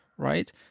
right